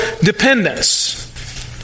dependence